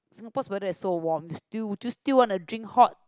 Singapore weather is so warm you still still want to drink hot